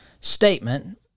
statement